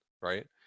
right